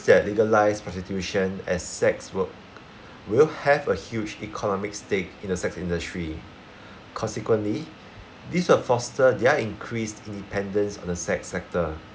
said legalised prostitution as sex work will have a huge economic stake in the sex industry consequently these will foster their increased independence on the sex sector